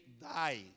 die